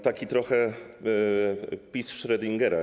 Taki trochę wpis Schrödingera.